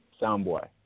Soundboy